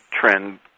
trend